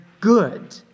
good